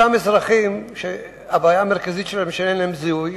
אותם אזרחים שהבעיה המרכזית שלהם היא שאין להם זיהוי,